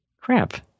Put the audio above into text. crap